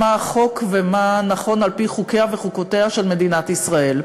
מה החוק ומה נכון על-פי חוקיה וחוקותיה של מדינת ישראל.